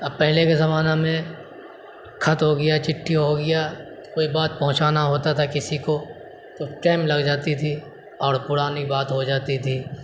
اب پہلے کے زمانہ میں خط ہوگیا چٹھی ہو گیا کوئی بات پہنچانا ہوتا تھا کسی کو تو ٹائم لگ جاتی تھی اور پرانی بات ہو جاتی تھی